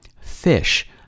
fish